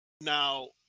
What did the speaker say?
now